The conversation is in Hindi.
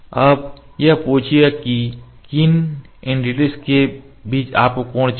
अब यह पूछेगा कि किन एनटीटीज के बीच आपको कोण चाहिए